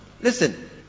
Listen